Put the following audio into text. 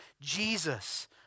Jesus